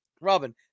Robin